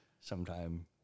sometime